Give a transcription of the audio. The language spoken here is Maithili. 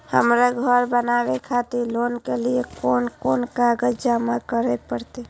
हमरा घर बनावे खातिर लोन के लिए कोन कौन कागज जमा करे परते?